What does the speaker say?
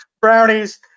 brownies